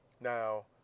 Now